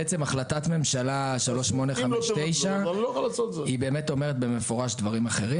החלטת הממשלה 3859 היא באמת אומרת במפורש דברים אחרים